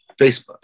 facebook